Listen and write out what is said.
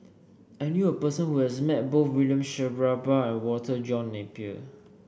I knew a person who has met both William Shellabear and Walter John Napier